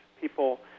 people